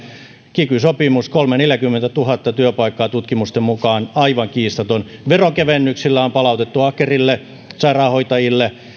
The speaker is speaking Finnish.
kiky sopimus kolmekymmentätuhatta viiva neljäkymmentätuhatta työpaikkaa tutkimusten mukaan aivan kiistaton veronkevennyksillä on palautettu ahkerille sairaanhoitajille